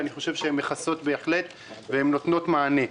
אני חושב שהן מכסות בהחלט ונותנות מענה.